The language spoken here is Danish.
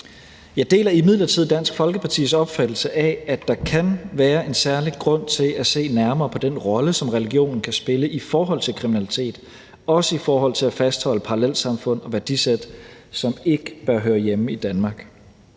Jeg deler imidlertid Dansk Folkepartis opfattelse af, at der kan være en særlig grund til at se nærmere på den rolle, som religionen kan spille i forhold til kriminalitet, også i forhold til at fastholde parallelsamfund og værdisæt, som ikke hører hjemme i Danmark.